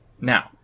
now